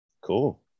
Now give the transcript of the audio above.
Cool